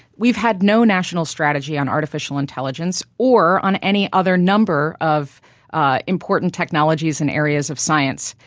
we've had no national strategy on artificial intelligence or on any other number of ah important technologies and areas of science.